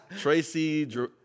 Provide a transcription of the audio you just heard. Tracy